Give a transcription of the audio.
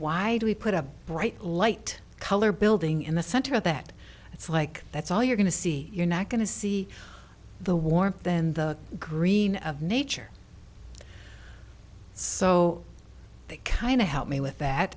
we put a bright light colored building in the center of that it's like that's all you're going to see you're not going to see the warmth and the green of nature so that kind of help me with that